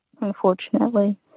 unfortunately